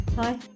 Hi